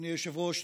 אדוני היושב-ראש,